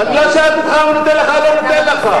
לא שאלתי אותך אם הוא נותן לך או לא נותן לך.